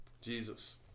Jesus